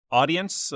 audience